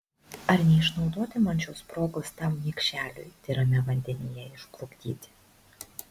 ar neišnaudoti man šios progos tam niekšeliui tyrame vandenyje išplukdyti